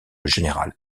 général